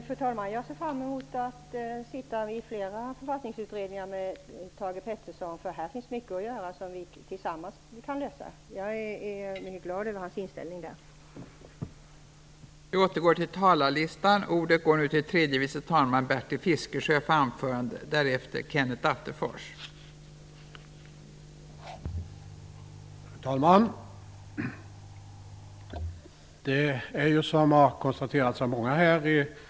Fru talman! Jag ser fram emot att sitta i flera författningsutredningar med Thage G Peterson. Här finns mycket att göra, och det kan vi lösa tillsammans. Jag är mycket glad över hans inställning till detta.